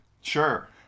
Sure